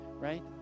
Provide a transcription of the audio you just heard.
right